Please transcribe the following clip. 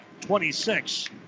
26